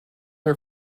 her